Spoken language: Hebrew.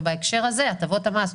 ובהקשר הזה הטבות המס,